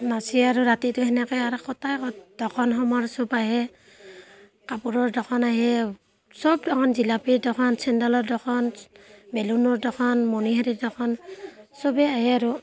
নাচি আৰু ৰাতিটো তেনেকে আৰু কটায় দোকান সমাৰ চব আহে কাপোৰৰ দোকান আহে চব দোকান জিলাপিৰ দোকান ছেণ্ডেলৰ দোকান বেলুনৰ দোকান মণিহাৰীৰ দোকান চবেই আহে আৰু